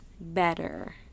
better